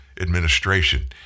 administration